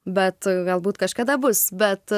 bet galbūt kažkada bus bet